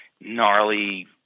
gnarly